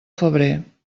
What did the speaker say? febrer